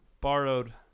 borrowed